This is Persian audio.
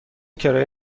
کرایه